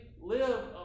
live